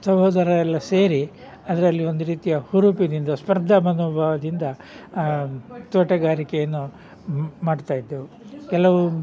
ಸಹೋದರರೆಲ್ಲ ಸೇರಿ ಅದರಲ್ಲಿ ಒಂದು ರೀತಿಯ ಹುರುಪಿನಿಂದ ಸ್ಪರ್ಧಾ ಮನೋಭಾವದಿಂದ ಆ ತೋಟಗಾರಿಕೆಯನ್ನು ಮ್ ಮಾಡ್ತಾಯಿದ್ದೆವು ಕೆಲವು